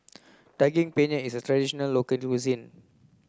daging penyet is a traditional local cuisine